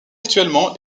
actuellement